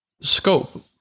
scope